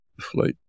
flight